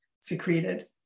secreted